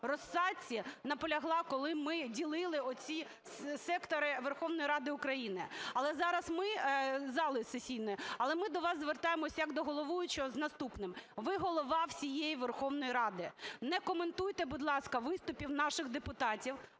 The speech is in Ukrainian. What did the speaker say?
розсадці наполягла, коли ми ділили оці сектори Верховної Ради України, зали сесійної. Але ми до вас звертаємося як до головуючого з наступним. Ви Голова всієї Верховної Ради. Не коментуйте, будь ласка, виступів наших депутатів,